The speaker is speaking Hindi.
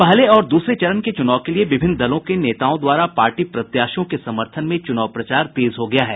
पहले और दूसरे चरण के चुनाव के लिए विभिन्न दलों के नेताओं द्वारा पार्टी प्रत्याशियों के समर्थन में चुनाव प्रचार तेज हो गया है